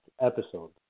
episode